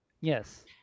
Yes